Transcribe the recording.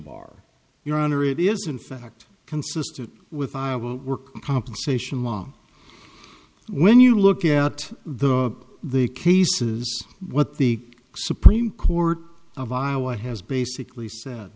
bar your honor it is in fact consistent with i will work compensation law when you look at the the cases what the supreme court of iowa has basically